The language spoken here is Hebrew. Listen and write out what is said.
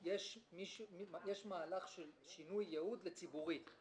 יש מהלך של שינוי יעוד לציבורי.